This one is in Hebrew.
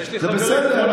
זה בסדר.